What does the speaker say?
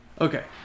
okay